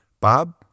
Bob